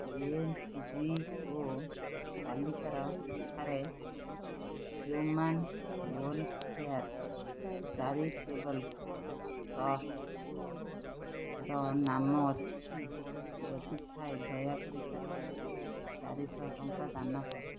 N G O ତାଲିକାର କାରେ human welfare charitable ଟ୍ରଷ୍ଟ୍ର ନାମ ଅଛିକି ଯଦି ଥାଏ ଦୟାକରି ତାକୁ ଚାରିଶହ ଟଙ୍କା ଦାନ କର